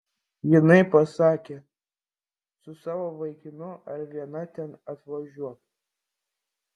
jinai pasakė su savo vaikinu ar viena ten atvažiuok